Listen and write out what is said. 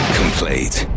complete